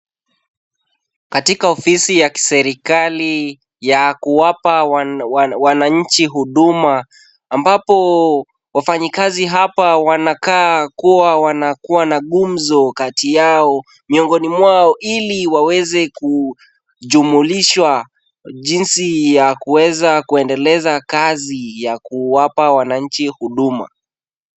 Katika ofisi ya kiserikali ya kuwapa wananchi huduma, ambapo wafanyikazi hapa wanakaa kuwa wanakuwa na gumzo kati yao, miongoni mwao. ili waweze kujumulishwa jinsi ya kuweza kuendeleza kazi ya kuwapa wananchi huduma.